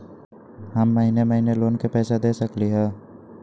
हम महिने महिने लोन के पैसा दे सकली ह?